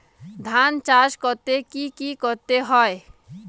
ধান চাষ করতে কি কি করতে হয়?